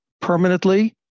permanently